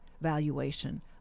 valuation